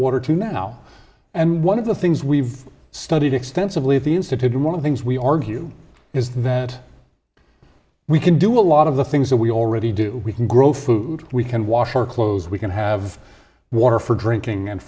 water to now and one of the things we've studied extensively at the institute and one of things we argue is that we can do a lot of the things that we already do we can grow food we can wash our clothes we can have water for drinking and